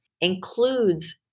includes